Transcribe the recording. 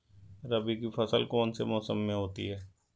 रबी की फसल कौन से मौसम में होती है?